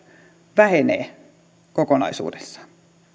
vähenee kokonaisuudessaan